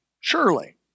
Surely